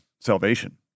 salvation